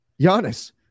Giannis